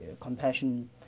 compassion